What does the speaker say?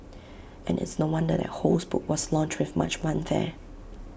and it's no wonder that Ho's book was launched with much